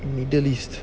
middle east